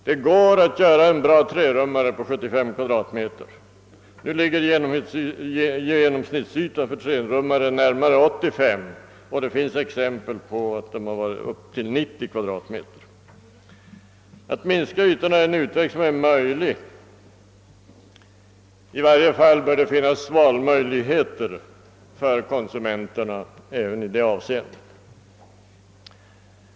Det går att göra en bra trerummare på 75 kvadratmeter. Nu ligger genomsnittsytan för trerummare närmare 85 kvadratmeter, och det finns exempel på att ytan varit upp till 90 kvadratmeter. Att minska ytan är en möjlig utväg; i varje fall bör det finnas valmöjligheter för konsumenterna även i det avseendet.